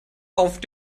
auf